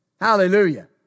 Hallelujah